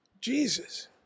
Jesus